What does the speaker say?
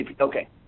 Okay